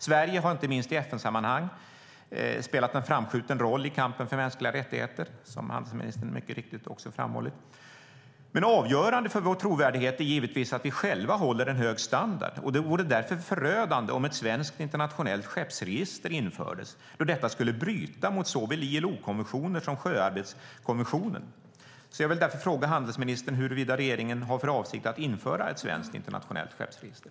Sverige har inte minst i FN-sammanhang spelat en framskjuten roll i kampen för mänskliga rättigheter, vilket handelsministern mycket riktigt också har framhållit. Men avgörande för vår trovärdighet är givetvis att vi själva håller en hög standard. Det vore därför förödande om ett svenskt internationellt skeppsregister infördes, då detta skulle bryta mot såväl ILO-konventioner som sjöarbetskonventionen. Jag vill därför fråga handelsministern huruvida regeringen har för avsikt att införa ett svenskt internationellt skeppsregister.